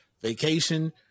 vacation